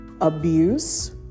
abuse